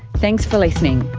thanks for listening